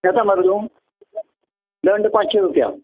येता मरें तू दंड पांचशीं रुपया